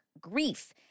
grief